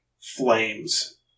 flames